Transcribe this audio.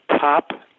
top